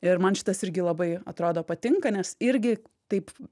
ir man šitas irgi labai atrodo patinka nes irgi taip